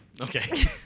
Okay